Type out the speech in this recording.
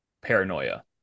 paranoia